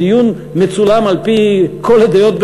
בדיון מצולם על-פי כל הדעות,